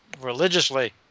religiously